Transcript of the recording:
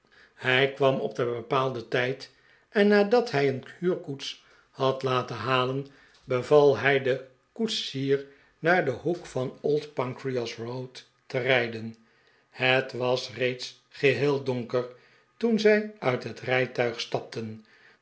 hij kwam op den bepaalden tijd en nadat hij een huurkoets had laten halen beval hij den koetsier naar den hoek van oldpancras road te rijden het was reeds geheel donker toen zij uit het rijtuig stapten